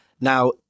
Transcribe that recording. Now